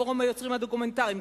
פורום היוצרים הדוקומנטריים,